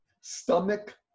stomach